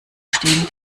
stehen